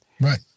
Right